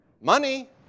Money